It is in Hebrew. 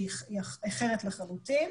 שהיא אחרת לחלוטין,